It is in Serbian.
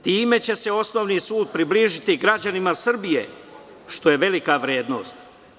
Time će se osnovni sud približiti građanima Srbije, što je velika vrednost.